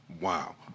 Wow